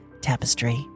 Tapestry